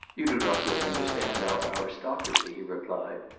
you do not yet understand our aristocracy, he replied,